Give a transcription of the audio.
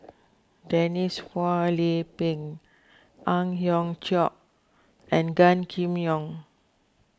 Denise Phua Lay Peng Ang Hiong Chiok and Gan Kim Yong